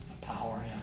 power